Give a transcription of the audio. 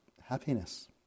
happiness